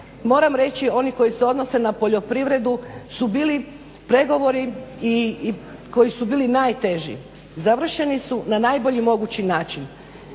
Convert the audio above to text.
moram reći i oni koji se odnose na poljoprivredu su bili pregovori i koji su bili najteži. Završeni su na najbolji mogući način.